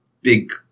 big